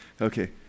Okay